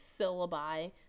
syllabi